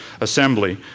Assembly